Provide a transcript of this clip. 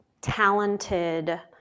talented